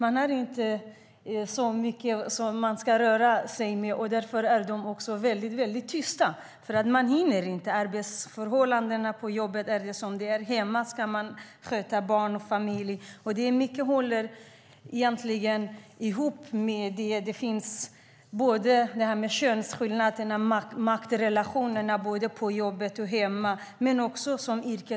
De har inte så mycket att röra sig med. Därför är de väldigt tysta. De hinner inte eftersom förhållandena på jobbet är som de är, och hemma ska de sköta barn och familj. Mycket hänger ihop med könsskillnader och maktrelationerna på jobbet och hemma.